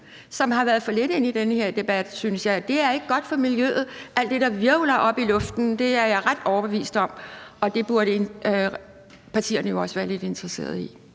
som har været for lidt inde i den her debat, synes jeg. Det er ikke godt for miljøet med alt det, der hvirvler op i luften. Det er jeg ret overbevist om, og det burde partierne jo også være lidt interesseret i.